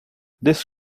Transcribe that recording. this